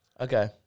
Okay